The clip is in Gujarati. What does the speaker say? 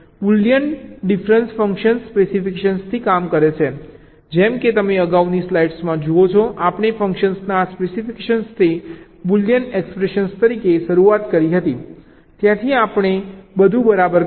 બુલિયન ડિફરન્સ ફંક્શન સ્પેસિફિકેશનથી કામ કરે છે જેમ કે તમે અગાઉની સ્લાઇડમાં જુઓ છો આપણે ફંક્શનના આ સ્પેસિફિકેશનથી બુલિયન એક્સપ્રેશન તરીકે શરૂઆત કરી હતી ત્યાંથી આપણે બધું બરાબર કર્યું